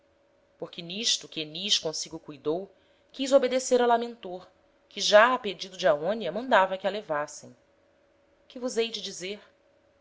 porque n'isto que enis consigo cuidou quis obedecer a lamentor que já a pedido de aonia mandava que a levassem que vos hei de dizer